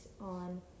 on